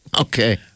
Okay